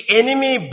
enemy